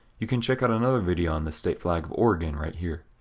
you can check out another video on the state flag of oregon right here.